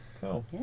cool